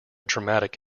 traumatic